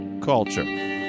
culture